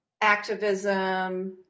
activism